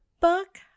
book